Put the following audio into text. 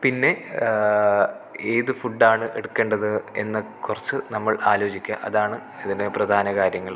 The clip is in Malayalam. പിന്നെ ഏത് ഫുഡാണ് എടുക്കേണ്ടത് എന്നു കുറച്ചു നമ്മൾ ആലോചിക്കുക അതാണ് ഇതിലെ പ്രധാനകാര്യങ്ങൾ